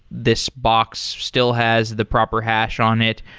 this box still has the proper hash on it.